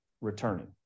returning